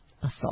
assault